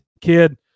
kid